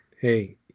hey